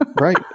Right